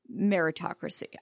meritocracy